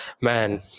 man